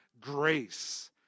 grace